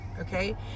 okay